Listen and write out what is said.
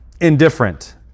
indifferent